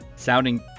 sounding